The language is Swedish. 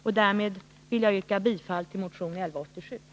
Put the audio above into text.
Med detta vill jag yrka bifall till motion 1187.